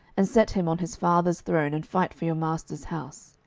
and set him on his father's throne, and fight for your master's house.